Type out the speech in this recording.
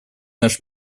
наш